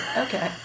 Okay